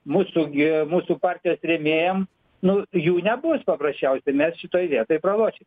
mūsų gi mūsų partijos rėmėjam nu jų nebus paprasčiausiai mes šitoj vietoj pralošim